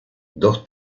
dos